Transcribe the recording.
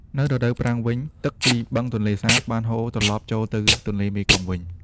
នៅរដូវប្រាំងវិញ ទឹកពីបឹងទន្លេសាបបានហូរត្រឡប់ចូលទៅទន្លេមេគង្គវិញ។